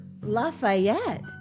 Lafayette